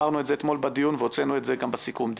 אמרנו את זה אתמול בדיון והוצאנו את זה גם בסיכום הדיון.